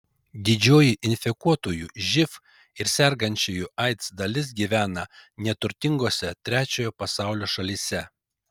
didžioji infekuotųjų živ ir sergančiųjų aids dalis gyvena neturtingose trečiojo pasaulio šalyse